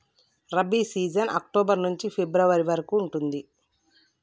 rabi season October నుంచి ఫిబ్రవరి వరకు ఉంటది